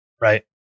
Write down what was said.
Right